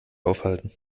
aufhalten